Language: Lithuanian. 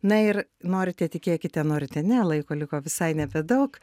na ir norite tikėkite norite ne laiko liko visai nebedaug